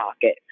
pocket